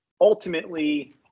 ultimately